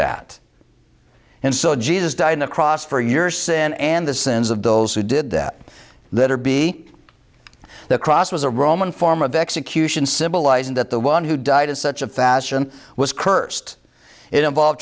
that and so jesus died on the cross for your sin and the sins of those who did that that are be the cross was a roman form of execution symbolizing that the one who died in such a fashion was cursed it involve